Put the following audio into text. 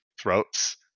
throats